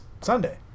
Sunday